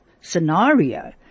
Scenario